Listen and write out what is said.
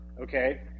Okay